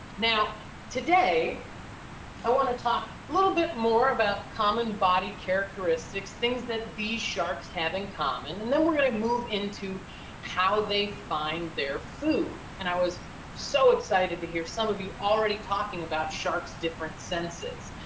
now today i want to talk a little bit more about common body characteristics, things that these sharks have in common and then we're going to move into how they find their food and i was so excited to hear some of you already talking about sharks different senses.